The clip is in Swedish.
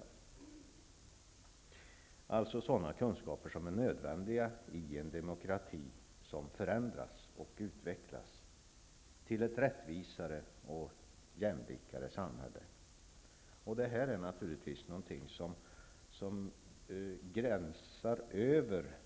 Det handlar alltså om sådana kunskaper som är nödvändiga i en demokrati som förändras och utvecklas till ett rättvisare och jämlikare samhälle. Uppgiften att bibringa eleven vissa fakta gränsar så att säga över